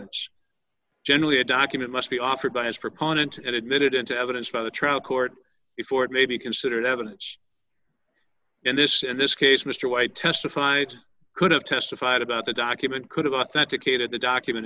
it's generally a document must be offered by his proponent and admitted into evidence by the trial court before it may be considered evidence in this in this case mr white testified could have testified about the document could have authenticated the document